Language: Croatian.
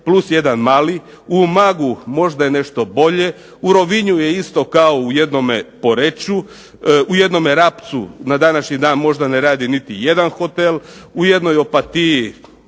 plus jedan mali." U Umagu možda je nešto bolje. U Rovinju je isto kao u jednome Poreču. U jednome Rapcu na današnji dan možda ne radi niti jedan hotel. U jednoj Opatiji